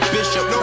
Bishop